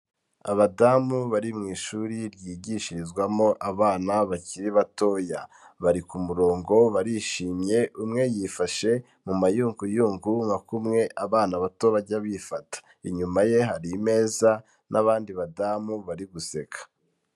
Abadamu bari mu ishuri ryigishirizwamo abana bakiri batoya, bari ku murongo barishimye, umwe yifashe mu mayunguyungu, nka kumwe abana bato bajya bifata, inyuma ye hari imeza n'abandi badamu bari guseka.